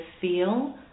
feel